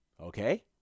Okay